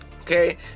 okay